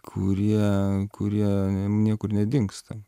kurie kurie niekur nedingsta